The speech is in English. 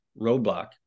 roadblock